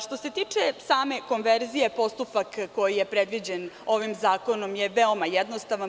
Što se tiče same konverzije, postupak koji je predviđen ovim zakonom je veoma jednostavan.